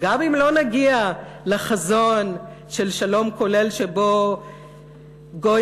גם אם לא נגיע לחזון של שלום כולל שבו גוי